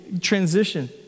transition